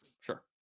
Sure